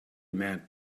met